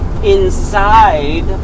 Inside